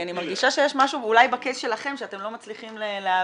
כי אני מרגישה שיש משהו אולי בקייס שלכם שאתם לא מצליחים להעביר.